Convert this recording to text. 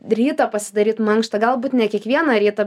rytą pasidaryt mankštą galbūt ne kiekvieną rytą